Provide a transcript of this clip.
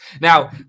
Now